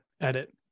edit